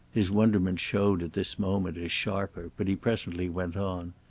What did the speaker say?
his wonderment showed at this moment as sharper, but he presently went on.